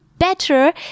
Better